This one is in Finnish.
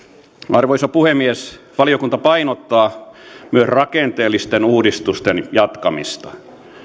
arvoisa puhemies valiokunta painottaa myös rakenteellisten uudistusten jatkamista